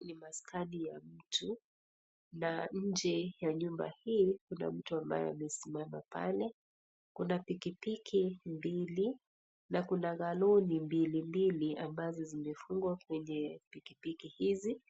Ni maskani ya mtu na nje ya nyumba hii kuna mtu ambaye amesimama pale. Kuna pikipiki mbili na kuna galoni mbili mbili ambazo zimefungwa kwenye pikipiki hizi